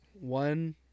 One